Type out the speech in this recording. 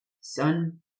Son